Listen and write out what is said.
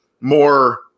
more